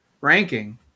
ranking